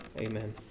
amen